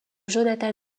jonathan